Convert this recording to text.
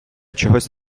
чогось